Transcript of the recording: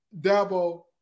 Dabo